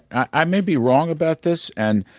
i may be wrong about this and